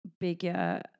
bigger